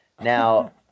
Now